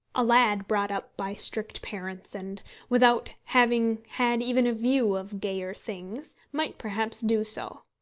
a lad brought up by strict parents, and without having had even a view of gayer things, might perhaps do so.